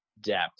depth